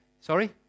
sorry